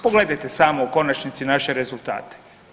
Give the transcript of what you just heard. Pogledajte samo u konačnici naše rezultate.